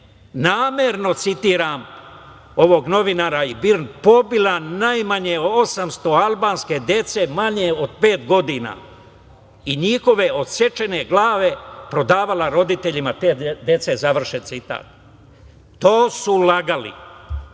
namerno, citiram ovog novinara i BIRN, pobila najmanje 800 albanske dece manje od pet godina i njihove odsečene glave prodavala roditeljima te dece, završen citat. To su lagali.